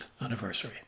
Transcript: anniversary